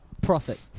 Profit